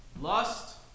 lust